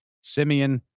Simeon